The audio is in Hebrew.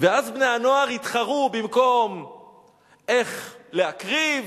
ואז בני-הנוער יתחרו, במקום איך להקריב,